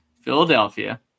Philadelphia